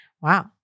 Wow